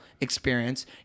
experience